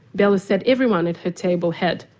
bella said everyone at her table had.